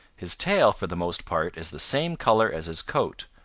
his tail for the most part is the same color as his coat,